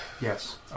Yes